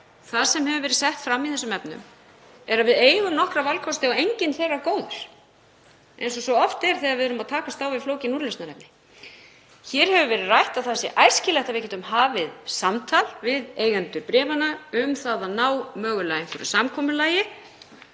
það sem hefur verið sett fram í þessum efnum, þ.e. að við eigum nokkra valkosti og enginn þeirra er góður, eins og svo oft er þegar við tökumst á við flókin úrlausnarefni. Hér hefur verið rætt að það sé æskilegt að við getum hafið samtal við eigendur bréfanna um að ná mögulega einhverju samkomulagi.